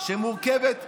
שמורכבת משמאל,